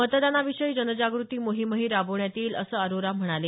मतदानाविषयी जनजागृती मोहीमही राबवण्यात येईल असं अरोरा म्हणाले